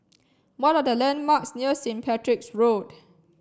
what are the landmarks near Saint Patrick's Road